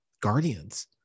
Guardians